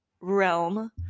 realm